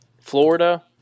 Florida –